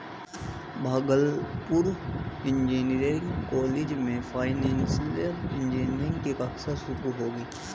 Bhagalpur engineering college में financial engineering की कक्षा शुरू होगी